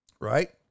Right